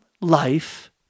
life